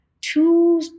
two